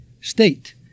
state